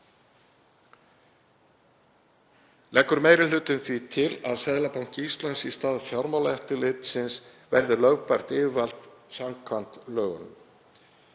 Leggur meiri hlutinn því til að Seðlabanki Íslands, í stað Fjármálaeftirlitsins, verði lögbært yfirvald samkvæmt lögunum.